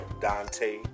Dante